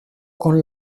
con